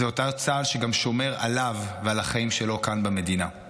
זה אותו צה"ל שגם שומר עליו ועל החיים שלו כאן במדינה.